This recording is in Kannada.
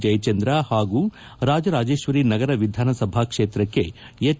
ಜಯಚಂದ್ರ ಹಾಗೂ ರಾಜರಾಜೇಶ್ವರಿ ನಗರ ವಿಧಾನಸಭಾ ಕ್ಷೇತ್ರಕ್ಕೆ ಹೆಚ್